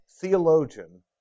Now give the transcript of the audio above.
theologian